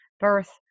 birth